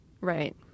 Right